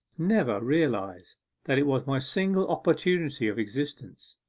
never realize that it was my single opportunity of existence,